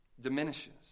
diminishes